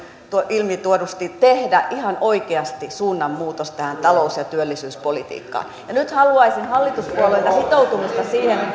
ilmituodusti tehdä ihan oikeasti suunnanmuutos tähän talous ja työllisyyspolitiikkaan ja nyt haluaisin hallituspuolueilta sitoutumista siihen